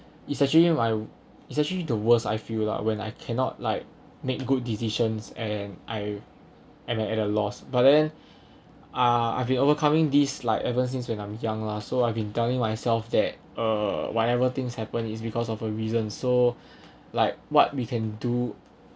it's actually my it's actually the worst I feel lah when I cannot like make good decisions and I am at a loss but then ah I've been overcoming these like ever since when I'm young lah so I've been telling myself that uh whatever things happen is because of a reason so like what we can do